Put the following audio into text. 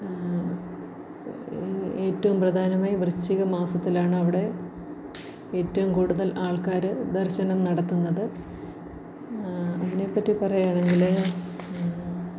ഈ ഏറ്റവും പ്രധാനമായി വൃശ്ചിക മാസത്തിലാണ് അവിടെ ഏറ്റവും കൂടുതൽ ആൾക്കാർ ദർശനം നടത്തുന്നത് അതിനെ പറ്റി പറയുവാണെങ്കിൽ